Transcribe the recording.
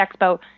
expo